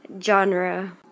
genre